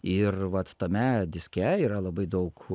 ir vat tame diske yra labai daug